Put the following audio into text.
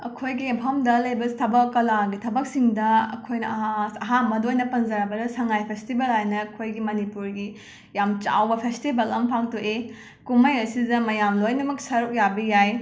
ꯑꯩꯈꯣꯏꯒꯤ ꯃꯐꯝꯗ ꯂꯩꯕ ꯊꯕꯛ ꯀꯂꯥꯒꯤ ꯊꯕꯛꯁꯤꯡꯗ ꯑꯩꯈꯣꯏꯅ ꯑꯍꯥꯟꯕꯗ ꯑꯣꯏꯅ ꯄꯟꯖꯔꯕꯗ ꯁꯉꯥꯏ ꯐꯦꯁꯇꯤꯕꯦꯜ ꯍꯥꯏꯅ ꯑꯩꯈꯣꯏꯒꯤ ꯃꯅꯤꯄꯨꯔꯒꯤ ꯌꯥꯝꯅ ꯆꯥꯎꯕ ꯐꯦꯁꯇꯤꯕꯦꯜ ꯑꯝ ꯄꯥꯡꯊꯣꯛꯑꯦ ꯀꯨꯝꯍꯩ ꯑꯁꯤꯗ ꯃꯌꯥꯝ ꯂꯣꯏꯅꯃꯛ ꯁꯔꯨꯛ ꯌꯥꯕ ꯌꯥꯏ